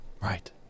Right